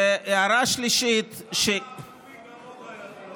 וההערה השלישית, רק ערמומי כמוך יכול לחשוב ככה.